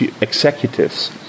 executives